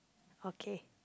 okay